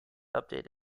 update